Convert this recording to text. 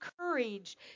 courage